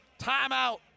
Timeout